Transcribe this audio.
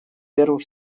первых